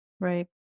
Right